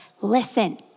listen